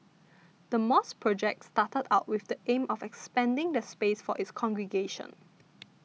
the mosque project started out with the aim of expanding the space for its congregation